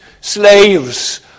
slaves